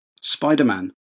Spider-Man